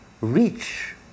reach